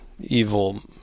evil